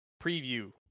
Preview